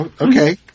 okay